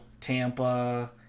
Tampa